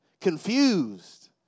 confused